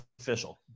official